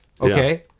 Okay